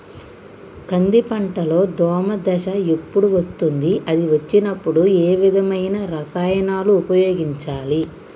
కంది పంటలో దోమ దశ ఎప్పుడు వస్తుంది అది వచ్చినప్పుడు ఏ విధమైన రసాయనాలు ఉపయోగించాలి?